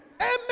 Amen